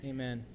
Amen